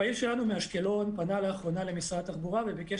פעיל שלנו מאשקלון פנה לאחרונה למשרד התחבורה וביקש